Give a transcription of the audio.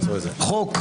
חוק,